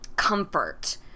comfort